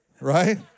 right